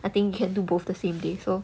I think can do both the same day so